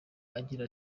agira